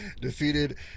defeated